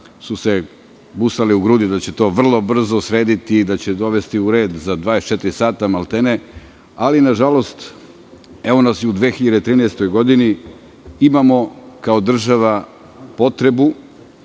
su se busali u grudi da će to vrlo brzo srediti i da će dovesti u red za 24 sata maltene. Nažalost, evo nas i u 2013. godini, kao država imamo potrebu